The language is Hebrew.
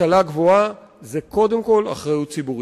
השכלה גבוהה, זה קודם כול אחריות ציבורית.